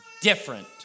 different